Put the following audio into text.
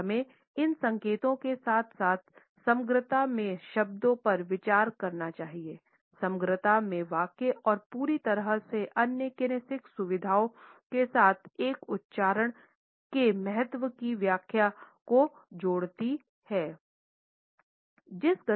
और हमें इन संकेतों के साथ साथ समग्रता में शब्दों पर विचार करना चाहिएसमग्रता में वाक्य और पूरी तरह से अन्य कीनेसिक्स सुविधाओं के साथ एक उच्चारण के महत्व की व्याख्या को जोड़ती है